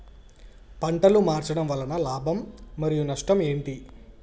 పంటలు మార్చడం వలన లాభం మరియు నష్టం ఏంటి